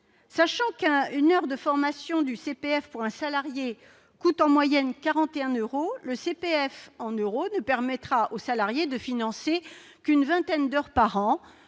Sachant qu'une heure de formation du CPF pour un salarié coûte en moyenne 41 euros, le CPF en euros ne permettra au salarié de financer qu'une vingtaine d'heures par an,